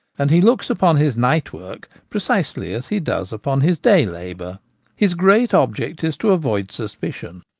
and he looks upon his night-work precisely as he does upon his day-labour. his great object is to avoid suspicion,